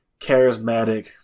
charismatic